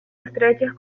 estrechos